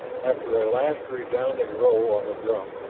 after a last resounding roll on the drum,